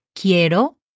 Quiero